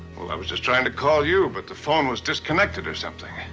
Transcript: well, i was just trying to call you, but the phone was disconnected or something.